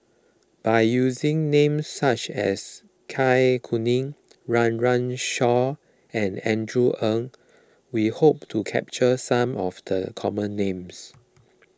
by using names such as Kai Kuning Run Run Shaw and Andrew Ang we hope to capture some of the common names